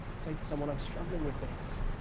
say to someone, i'm struggling with this.